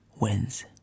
wins